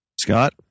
Scott